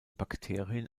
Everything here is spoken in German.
bakterien